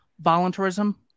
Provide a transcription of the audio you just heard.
voluntarism